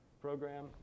program